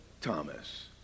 Thomas